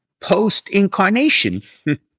post-incarnation